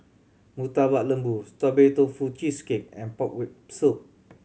Murtabak Lembu Strawberry Tofu Cheesecake and pork rib soup